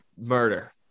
Murder